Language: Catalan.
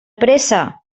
pressa